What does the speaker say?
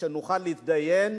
להתדיין